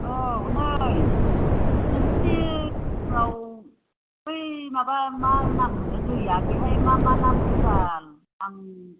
औ नै नोंसिनि ओनसोलाव बै माबा मा नाम होनो दैया बेहाय मामा ना मोनो बाल आं